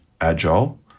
agile